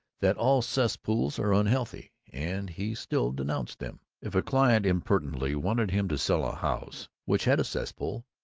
that all cesspools were unhealthy, and he still denounced them. if a client impertinently wanted him to sell a house which had a cesspool,